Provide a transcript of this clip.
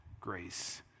grace